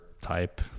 type